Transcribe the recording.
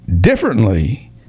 differently